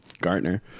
Gartner